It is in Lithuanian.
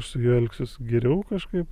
aš su juo elgsiuos geriau kažkaip